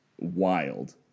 wild